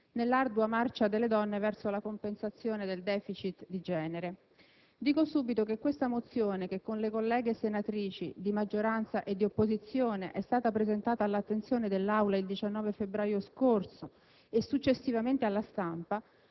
nell'ardua marcia delle donne verso la compensazione del *deficit* di genere. Dico subito che questa mozione, che con le colleghe senatrici di maggioranza e di opposizione è stata presentata all'attenzione dell'Aula il 19 febbraio scorso e successivamente alla stampa,